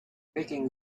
making